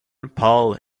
paul